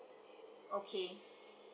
okay